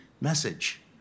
message